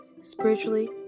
spiritually